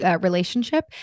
relationship